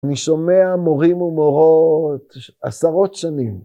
אני שומע מורים ומורות עשרות שנים.